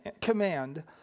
command